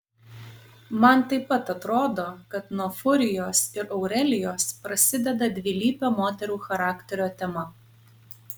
man taip pat atrodo kad nuo furijos ir aurelijos prasideda dvilypio moterų charakterio tema